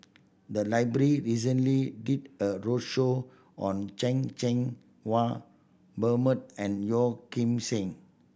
the library recently did a roadshow on Chan Cheng Wah Bernard and Yeo Kim Seng